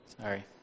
Sorry